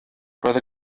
roedd